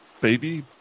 baby